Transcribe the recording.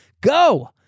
go